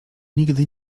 nigdy